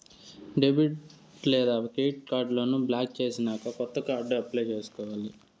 debit లేదా credit కార్డులను block చేసినాక కొత్త కార్డు అప్లై చేసుకోవాలి